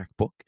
MacBook